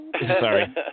Sorry